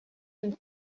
even